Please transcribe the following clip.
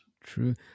True